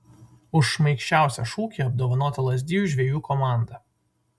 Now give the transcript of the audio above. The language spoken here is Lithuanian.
už šmaikščiausią šūkį apdovanota lazdijų žvejų komanda